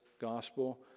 gospel